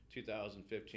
2015